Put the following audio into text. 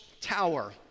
Tower